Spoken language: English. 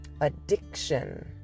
addiction